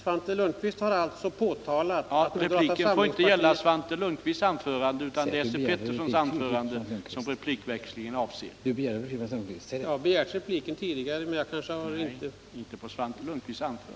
Repliken får inte gälla Svante Lundkvists anförande, utan det är Esse Peterssons anförande som replikväxlingen avser.